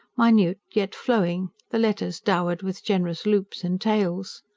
minute, yet flowing, the letters dowered with generous loops and tails.